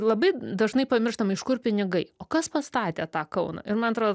labai dažnai pamirštama iš kur pinigai o kas pastatė tą kauną ir man atrodo